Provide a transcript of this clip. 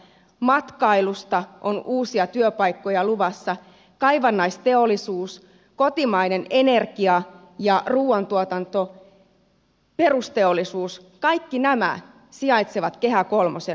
matkailusta on uusia työpaikkoja luvassa kaivannaisteollisuus kotimainen energia ja ruuantuotanto perusteollisuus kaikki nämä sijaitsevat kehä kolmosen ulkopuolella